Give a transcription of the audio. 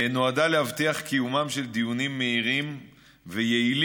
נועדה להבטיח את קיומם של דיונים מהירים ויעילים